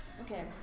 Okay